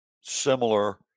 similar